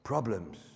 Problems